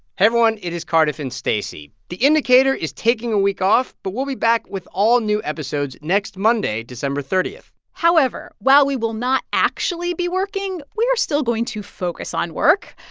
everyone. it is cardiff and stacey. the indicator is taking a week off, but we'll be back with all new episodes next monday, december thirty point however, while we will not actually be working, we are still going to focus on work.